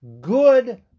good